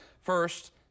First